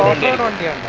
game on